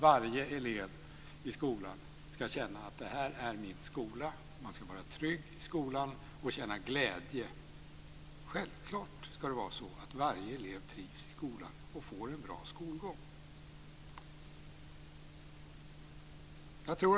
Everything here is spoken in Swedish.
Varje elev i skolan ska känna att det här är min skola. Man ska vara trygg i skolan och känna glädje. Självklart ska varje elev trivas i skolan och få en bra skolgång.